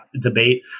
debate